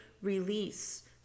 release